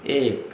एक